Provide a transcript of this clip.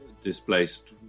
displaced